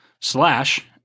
slash